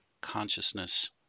consciousness